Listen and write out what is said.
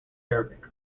arabic